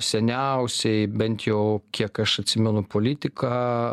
seniausiai bent jau kiek aš atsimenu politiką